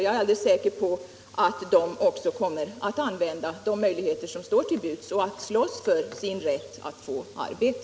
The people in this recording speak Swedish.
Jag är säker på att de också kommer att använda sig av de möjligheter som här står till buds och att de kommer att slåss för sin rätt att få arbete.